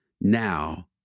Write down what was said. Now